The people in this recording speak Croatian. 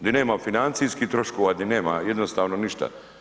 Di nema financijskih troškova, di nema jednostavno ništa.